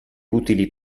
utili